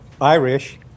Irish